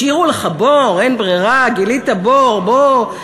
השאירו לך בור, אין ברירה, גילית בור, בור.